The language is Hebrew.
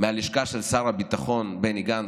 מהלשכה של שר הביטחון בני גנץ,